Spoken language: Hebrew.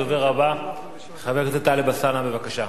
הדובר הבא, חבר הכנסת טלב אלסאנע, בבקשה.